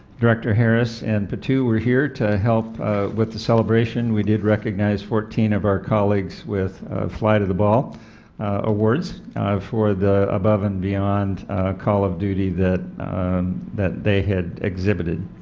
director harris and patu were here to help with the celebration. we did recognize fourteen of our colleagues with fly-to-the-ball ah towards for the above and beyond call of duty that that they had exhibited.